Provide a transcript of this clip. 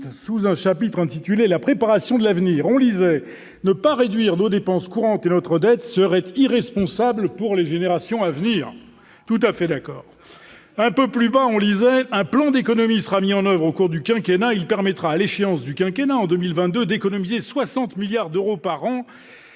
Sous un chapitre intitulé « La préparation de l'avenir », on lisait :« Ne pas réduire nos dépenses courantes et notre dette serait irresponsable pour les générations à venir. » Voilà ! Tout à fait d'accord ! Un peu plus bas, on lisait :« Un plan d'économies sera mis en oeuvre au cours du quinquennat. Il permettra, à l'échéance du quinquennat, en 2022, d'économiser 60 milliards d'euros par an